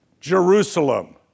Jerusalem